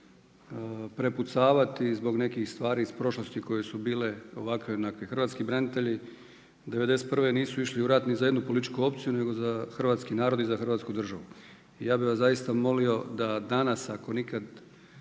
prepucavati zbog nekih stvari iz prošlosti koje su bile ovakve ili onakve. Hrvatski branitelji '91. nisu išli u rat ni za jednu političku opciju nego za hrvatski narod i za Hrvatsku državu. I ja bih vas zaista molio da danas ako nikad